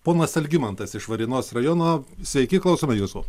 ponas algimantas iš varėnos rajono sveiki klausome jūsų